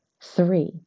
Three